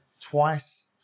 twice